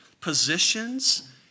positions